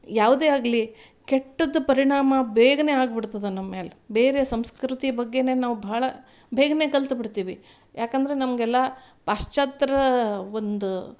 ಯಾವುದೇ ಆಗಲಿ ಕೆಟ್ಟದ್ದು ಪರಿಣಾಮ ಬೇಗ ಆಗಿಬಿಡ್ತದ ನಮ್ಮ ಮ್ಯಾಲೆ ಬೇರೆ ಸಂಸ್ಕೃತಿ ಬಗ್ಗೆ ನಾವು ಬಹಳ ಬೇಗ ಕಲಿತುಬಿಡ್ತಿವಿ ಯಾಕಂದರೆ ನಮಗೆಲ್ಲ ಪಾಶ್ಚತ್ಯರ ಒಂದು